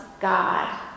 God